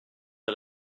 est